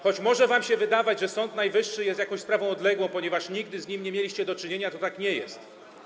Choć może wam się wydawać, że Sąd Najwyższy jest jakąś odległą sprawą, ponieważ nigdy z nim nie mieliście do czynienia, to tak nie jest.